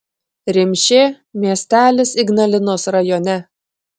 rimšė miestelis ignalinos rajone